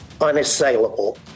unassailable